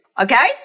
Okay